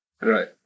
Right